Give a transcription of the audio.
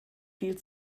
viel